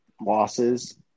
losses